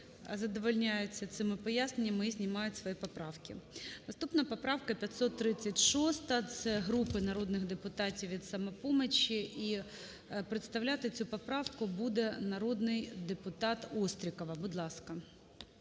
задовольняються цими поправками і знімають свої поправки. Наступна поправка - 536-а. Це групи народних депутатів від "Самопомочі". І представляти цю поправку буде народний депутат Острікова. Будь ласка.